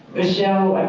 michelle,